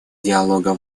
диалога